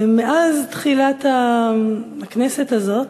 מאז תחילת הכנסת הזאת,